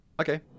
Okay